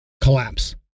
collapse